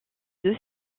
deux